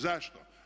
Zašto?